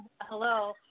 hello